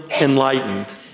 enlightened